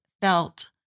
felt